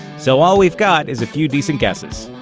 so all we've got is a few decent guesses.